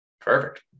perfect